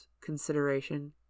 consideration